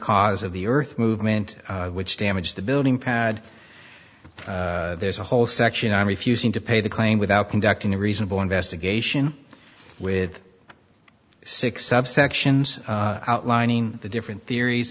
cause of the earth movement which damaged the building pad there's a whole section on refusing to pay the claim without conducting a reasonable investigation with six subsections outlining the different theories